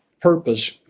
purpose